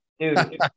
Dude